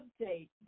update